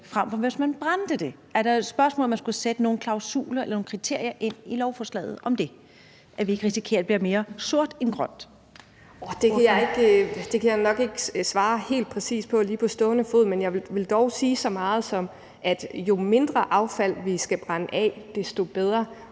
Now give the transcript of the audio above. fremfor hvis man brændte det af, så er det et spørgsmål, om man skulle sætte nogle klausuler eller kriterier ind i lovforslaget om det, så vi ikke risikerer, at det bliver mere sort end grønt. Kl. 15:47 Anne Paulin (S): Det kan jeg nok ikke lige på stående fod svare helt præcist på, men jeg vil dog sige så meget, at jo mindre affald vi skal brænde af, desto bedre,